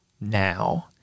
now